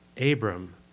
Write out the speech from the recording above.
Abram